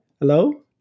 hello